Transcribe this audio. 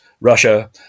Russia